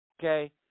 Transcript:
okay